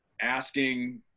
asking